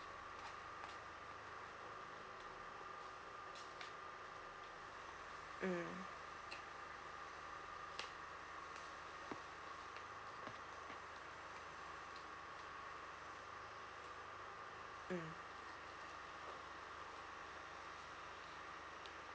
mm mm